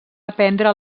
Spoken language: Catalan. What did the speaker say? aprendre